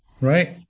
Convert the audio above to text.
right